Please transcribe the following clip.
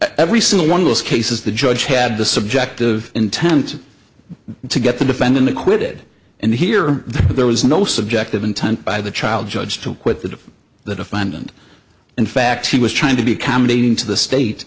every single one of those cases the judge had the subjective intent to get the defendant acquitted and here there was no subjective intent by the child judge to quit that if the defendant in fact he was trying to be accommodating to the state